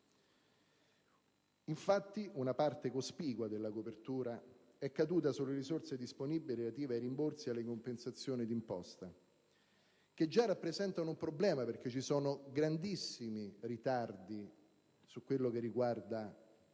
Stato. Una parte cospicua della copertura è caduta sulle risorse disponibili relative ai rimborsi e alle compensazioni d'imposta, che già rappresentano un problema perché ci sono grandissimi ritardi per quanto riguarda